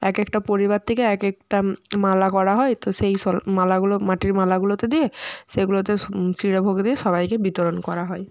এক একটা পরিবার থেকে এক একটা মালা করা হয় তো সেই সব মালাগুলো মাটির মালাগুলোতে দিয়ে সেগুলোতে সব চিঁড়ে ভোগ দিয়ে সবাইকে বিতরণ করা হয়